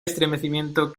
estremecimiento